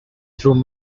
through